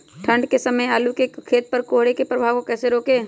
ठंढ के समय आलू के खेत पर कोहरे के प्रभाव को कैसे रोके?